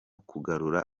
kugarura